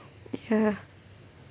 ya